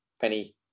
Penny